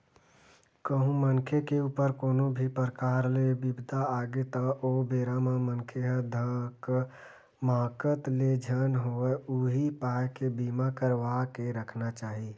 कहूँ मनखे के ऊपर कोनो भी परकार ले बिपदा आगे त ओ बेरा म मनखे ह धकमाकत ले झन होवय उही पाय के बीमा करवा के रखना चाही